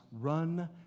Run